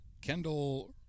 Kendall